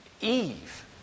Eve